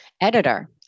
editor